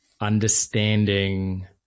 understanding